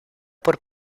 por